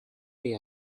they